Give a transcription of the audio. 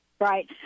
Right